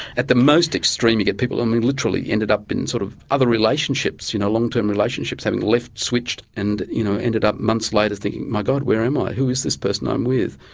at the most extreme you get people who literally ended up in sort of other relationships, you know long-term relationships having left, switched and you know ended up months later thinking my god, where am i, who is this person i'm with?